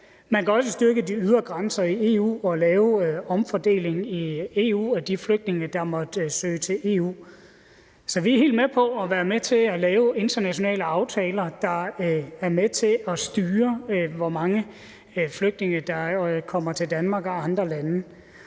Man kan også styrke de ydre grænser i EU og lave en omfordeling i EU af de flygtninge, der måtte søge til EU. Så vi er helt med på at være med til at lave internationale aftaler, der er med til at styre, hvor mange flygtninge der kommer til Danmark og andre lande,